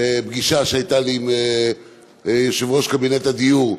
בפגישה שהייתה לי עם יושב-ראש קבינט הדיור,